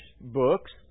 books